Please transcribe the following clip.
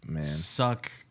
suck